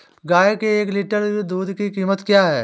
गाय के एक लीटर दूध की कीमत क्या है?